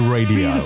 Radio